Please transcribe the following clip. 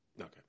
Okay